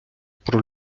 про